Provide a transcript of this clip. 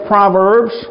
Proverbs